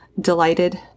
delighted